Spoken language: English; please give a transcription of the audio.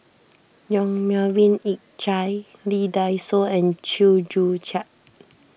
Yong Melvin Yik Chye Lee Dai Soh and Chew Joo Chiat